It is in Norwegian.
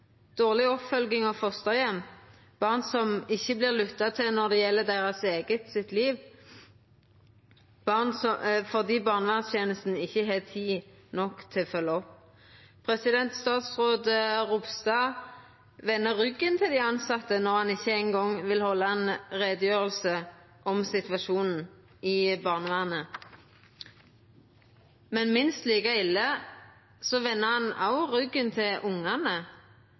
dårleg oppfølging av fosterheimar, barn som ikkje vert lytta til når det gjeld deira eige liv, fordi barnevernstenesta ikkje har tid nok til å følgja opp. Statsråd Ropstad vender ryggen til dei tilsette når han ikkje eingong vil halda ei utgreiing om situasjonen i barnevernet, men minst like ille er det at han òg vender ryggen til ungane.